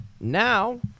now